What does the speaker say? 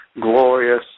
glorious